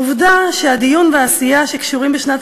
העובדה שהדיון והעשייה שקשורים בשנת